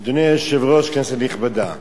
אני לא מבין מה צריך את השופט אדמונד לוי?